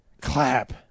Clap